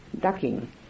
ducking